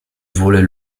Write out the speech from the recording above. voler